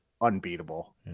unbeatable